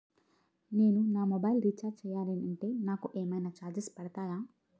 నేను నా mobile recharge చేయాలంటే నాకు ఏమైనా చార్జెస్ పడతాయా?